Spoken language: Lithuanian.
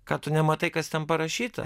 ką tu nematai kas ten parašyta